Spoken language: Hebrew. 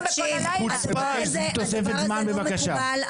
הדבר הזה לא מקובל.